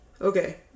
Okay